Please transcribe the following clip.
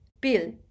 Bill